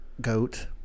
goat